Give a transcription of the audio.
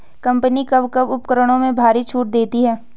Company कब कब उपकरणों में भारी छूट देती हैं?